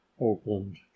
Oakland